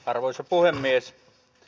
arvoisa puhemies